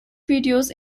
videos